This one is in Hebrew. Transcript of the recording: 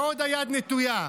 ועוד היד נטויה.